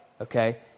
okay